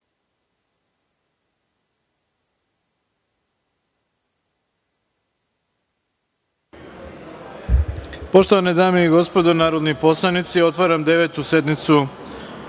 Poštovane dame i gospodo narodni poslanici, otvaram Devetu sednicu